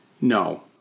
No